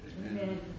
Amen